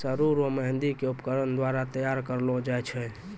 सरु रो मेंहदी के उपकरण द्वारा तैयार करलो जाय छै